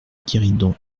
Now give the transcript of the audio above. guéridon